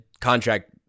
contract